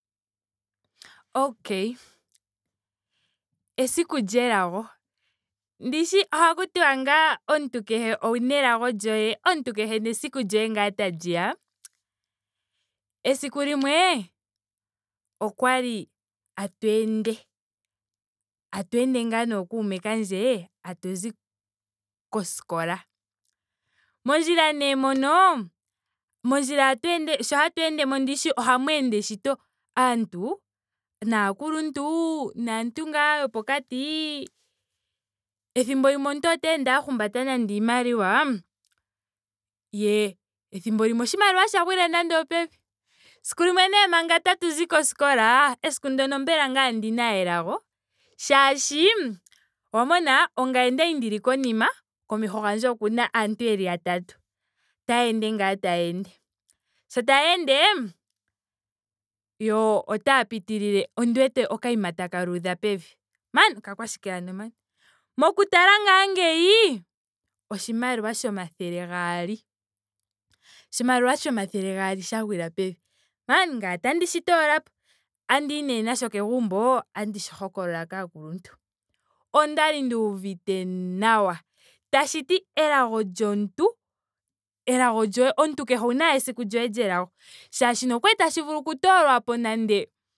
Okay. Esiku lyelago. ndishi ohaku tia ngaa omuntu kehe ouna elago lyoye. omuntu nesiku lyoye ngaa ta liya. Esiku limwe okwali tatu ende. tatu ende ngaa nookume kandje tatu zi koskola. Mondjila nee mono. mondjila sho tatu ende. sho hatu endemo ndishi ohamu ende shito aantu. naakuluntu. naantu ngaa yopokati. Ethimbo limwe omuntu ota ende a humbata nando iimaliwa. ye oshimaliwa ethimbo limwe sha gwile nando opevi. Siku limwe manga tatuzi koskola. esiku ndyoka mbela ngame ondina ashike elago. molwaashoka. owa mona. ongame kwali ndili konima. komeho gandje okuna aantu yeli yatatu. Taya ende ngaa taya ende. Sho taya ende yo otaya pitilile. ondi wete okanima taka luudha pevi. Maan. okakwashike ano maan. moku tala ngaa ngeyi oshimaliwa shomathele gaali. Oshimaliwa shomathele gaali sha gwila pevi. Maan ngame otandi shi toolapo. Otandiyi nee nasho kegumbo otandi shi hokolola kaakuluntu. Okwali nduuvite nawa. Tshiti elago lyomuntu. elago lyoye. omuntu kehe owuna ashike esiku lyoye lyelago. Molwaashoka okwali tashi vulu okutoolwapo nande